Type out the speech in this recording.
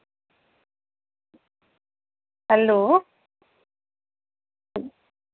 hell